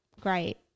great